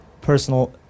personal